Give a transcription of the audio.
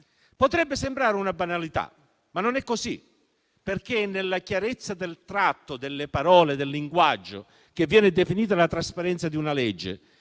Potrebbe sembrare una banalità, ma non è così, perché è nella chiarezza del tratto delle parole e del linguaggio che viene definita la trasparenza di una legge,